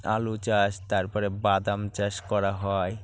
আলু চাষ তারপরে বাদাম চাষ করা হয়